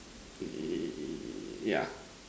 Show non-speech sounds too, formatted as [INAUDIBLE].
[NOISE] yeah